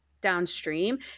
downstream